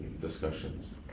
discussions